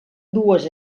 dues